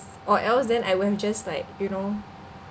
or else then I won't just like you know